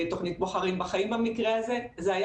תוכנית "בוחרים בחיים" במקרה הזה זה היה